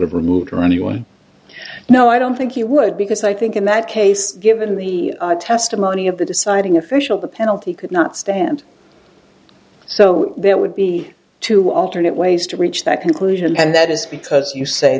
have removed or anyone no i don't think he would because i think in that case given the testimony of the deciding official the penalty could not stand so there would be two alternate ways to reach that conclusion and that is because you say